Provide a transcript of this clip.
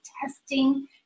testing